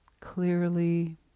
clearly